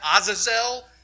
Azazel